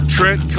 Trent